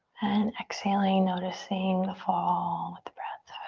and exhaling, noticing the fall with the breath.